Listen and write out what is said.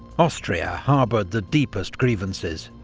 austria harboured the deepest grievances,